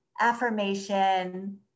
affirmation